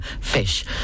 Fish